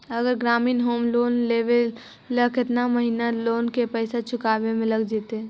अगर ग्रामीण home loan लेबै त केतना महिना लोन के पैसा चुकावे में लग जैतै?